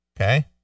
Okay